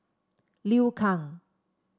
Liu Kang